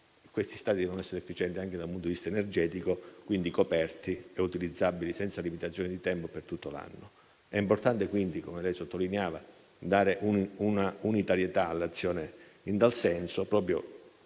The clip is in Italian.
Questi stadi devono essere efficienti anche da un punto vista energetico, quindi coperti e utilizzabili senza limitazioni di tempo per tutto l'anno. È importante quindi, come lei sottolineava, dare unitarietà all'azione in tal senso, proprio